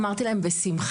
אמרתי להם בשמחה.